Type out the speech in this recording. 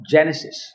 Genesis